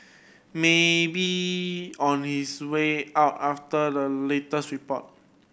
may be on his way out after the latest report